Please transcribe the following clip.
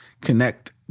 connect